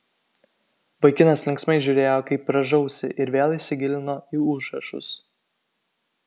vaikinas linksmai žiūrėjo kaip rąžausi ir vėl įsigilino į užrašus